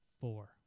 four